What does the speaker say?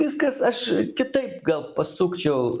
viskas aš kitaip gal pasukčiau